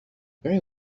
very